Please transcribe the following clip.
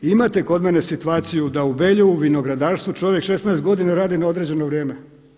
Imate kod mene situaciju da u Belju u vinogradarstvu čovjek 16 godina radi na određeno vrijeme.